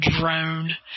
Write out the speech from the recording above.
drone